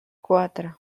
quatre